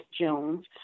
Jones